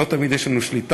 לא תמיד יש לנו שליטה,